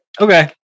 Okay